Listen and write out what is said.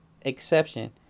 exception